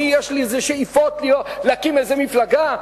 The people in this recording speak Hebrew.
יש לי שאיפות להקים איזו מפלגה.